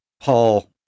Paul